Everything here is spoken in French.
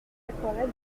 aquarelles